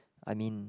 I mean